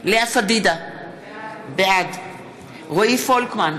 לאה פדידה, בעד רועי פולקמן,